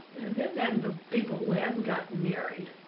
then the people who hadn't gotten married,